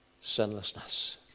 sinlessness